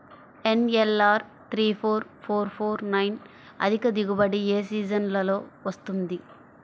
NLR three four four four nine అధిక దిగుబడి ఏ సీజన్లలో వస్తుంది?